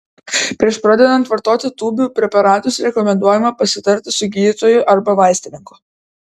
prieš pradedant vartoti tūbių preparatus rekomenduojama pasitarti su gydytoju arba vaistininku